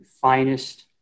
finest